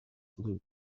flute